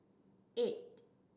eight